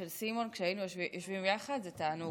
סימון, כשהיינו יושבים יחד, זה תענוג.